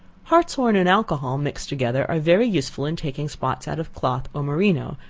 hartshorn and alcohol mixed together are very useful in taking spots out of cloth or merino,